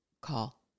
call